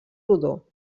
rodó